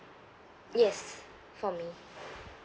yes for me